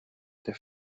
der